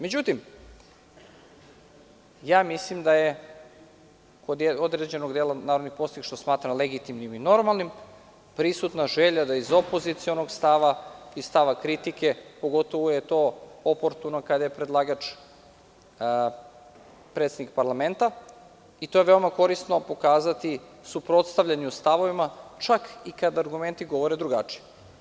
Međutim, mislim da je kod određenog dela narodnih poslanika, što smatram legitimnim i normalnim, prisutna želja da iz opozicionog stava, iz stava kritike, pogotovo je to oportuno kada je predlagač predsednik parlamenta i to je veoma korisno pokazati u suprotstavljanju stavovima, čak i kada argumenti govore drugačije.